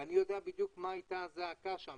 ואני יודע בדיוק מה הייתה הזעקה שם.